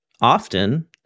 often